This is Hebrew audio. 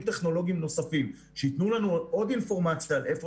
טכנולוגיים נוספים שייתנו לנו עוד אינפורמציה על איפה